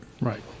Right